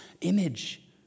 image